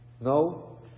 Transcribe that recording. No